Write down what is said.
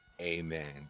Amen